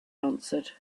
answered